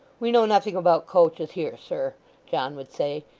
we know nothing about coaches here, sir john would say,